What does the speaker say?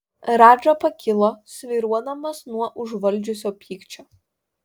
radža pakilo svyruodamas nuo užvaldžiusio pykčio